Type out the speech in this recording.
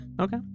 Okay